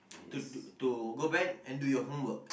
to to to go back and do your homework